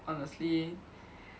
honestly